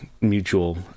mutual